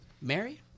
Mary